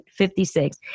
56